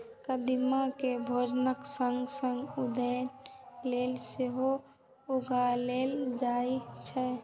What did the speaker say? कदीमा कें भोजनक संग संग सौंदर्य लेल सेहो उगायल जाए छै